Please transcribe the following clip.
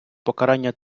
покарання